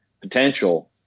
potential